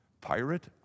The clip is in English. pirate